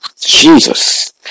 Jesus